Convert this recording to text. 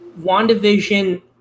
WandaVision